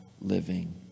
living